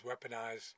weaponized